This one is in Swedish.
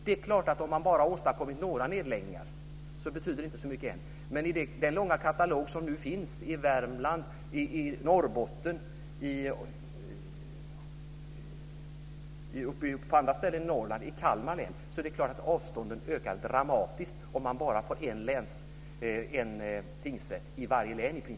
Det är klart att några få nedläggningar inte betyder så mycket, men den långa katalog som nu finns för Värmland, Norrbotten och Kalmar innebär att avstånden ökar dramatiskt om det i princip bara är en tingsrätt i varje län.